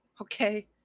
Okay